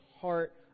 heart